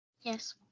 Yes